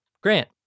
Grant